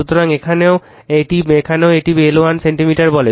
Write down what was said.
সুতরাং এখানেও একই এখানেও এটিকে L1 সেন্টিমিটার বলে